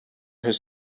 his